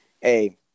hey